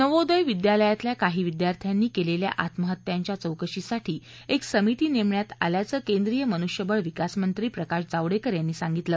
नवोदय विद्यालयातल्या काही विद्यार्थ्यांनी केलेल्या आत्महत्यांच्या चौकशीसाठी एक समिती नेमण्यात आल्याचं केंद्रीय मनुष्यबळ विकासमंत्री प्रकाश जावडेकर यांनी सांगितलं